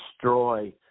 destroy